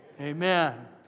Amen